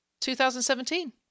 2017